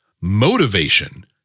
motivation